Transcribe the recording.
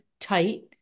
tight